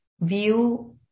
view